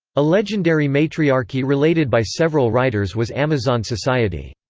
a legendary matriarchy related by several writers was amazon society.